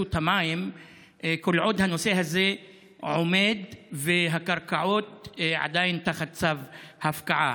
המים כל עוד הנושא הזה עומד והקרקעות עדיין תחת צו הפקעה.